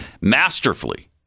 Masterfully